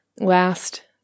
last